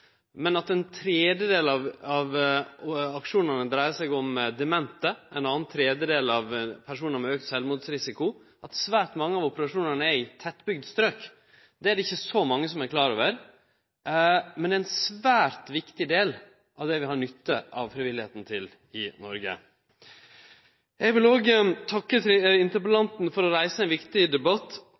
ein tredjedel av aksjonane dreier seg om demente og ein annan tredjedel om personar med auka sjølvmordsrisiko, og at svært mange av operasjonane er i tettbygde strok, er det ikkje så mange som er klar over. Men det er ein svært viktig del av det vi har nytte av frivilligheita til i Noreg. Eg vil takke interpellanten for å reise ein viktig debatt